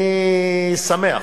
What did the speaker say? אני שמח